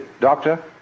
Doctor